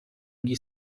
gli